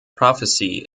prophecy